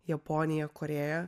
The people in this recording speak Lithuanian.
japonija korėja